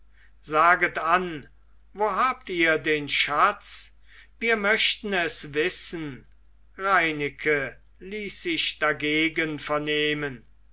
saget an wo habt ihr den schatz wir möchten es wissen reineke ließ sich dagegen vernehmen